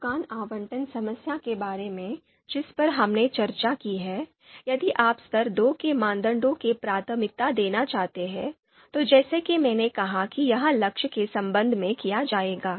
दुकान आवंटन समस्या के बारे में जिस पर हमने चर्चा की है यदि आप स्तर 2 के मानदंडों को प्राथमिकता देना चाहते हैं तो जैसा कि मैंने कहा कि यह लक्ष्य के संबंध में किया जाएगा